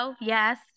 yes